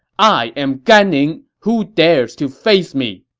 i am gan ning! who dares to face me!